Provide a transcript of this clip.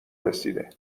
رسیده